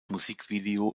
musikvideo